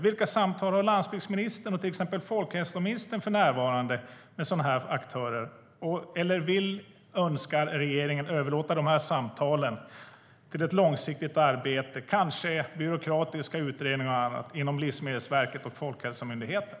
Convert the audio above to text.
Vilka samtal har landsbygdsministern och till exempel folkhälsoministern för närvarande med sådana här aktörer, eller vill eller önskar regeringen överlåta dessa samtal och ett långsiktigt arbete, kanske byråkratiska utredningar och annat, till Livsmedelsverket och Folkhälsomyndigheten?